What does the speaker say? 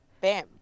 bam